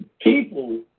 people